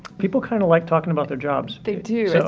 people kind of like talking about their jobs. they do.